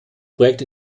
projekt